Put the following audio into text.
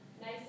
Nice